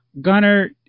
gunner